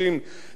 ראויים,